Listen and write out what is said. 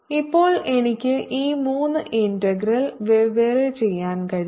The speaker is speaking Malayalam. ഇപ്പോൾ എനിക്ക് ഈ 3 ഇന്റഗ്രൽ വെവ്വേറെ ചെയ്യാൻ കഴിയും